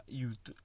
youth